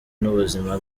n’ubuzima